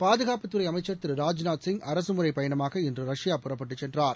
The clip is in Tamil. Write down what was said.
பாதுகாப்புத்துறை அமைச்ச் திரு ராஜ்நாத்சிங் அரசுமுறைப் பயணமாக இன்று ரஷ்யா புறப்பட்டுச் சென்றார்